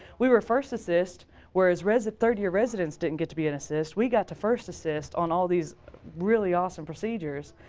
we were first assist whereas whereas third year residents didn't get to be an assist we got to first assist on all these really awesome procedures.